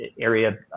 area